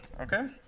ok.